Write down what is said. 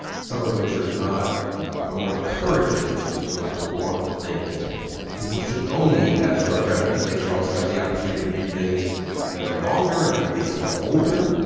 some of which are not, are more encouraging if you sort of want to think that people shouldn't only have short brevity, they should also have the opportunity to read things that are longer and read things that are older.